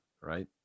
Right